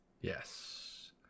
Yes